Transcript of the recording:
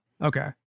Okay